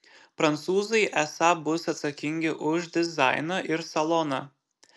prancūzai esą bus atsakingi už dizainą ir saloną